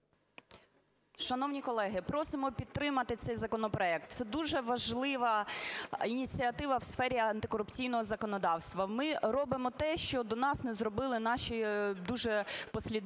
Шановні колеги, просимо підтримати цей законопроект, це дуже важлива ініціатива в сфері антикорупційного законодавства. Ми робимо те, що до нас не зробили наші дуже послідовні